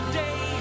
day